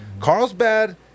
Carlsbad